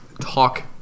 talk